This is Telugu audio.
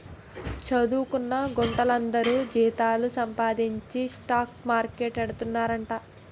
చదువుకొన్న గుంట్లందరూ జీతాలు సంపాదించి స్టాక్ మార్కెట్లేడతండ్రట